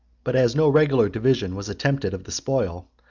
but as no regular division was attempted of the spoil,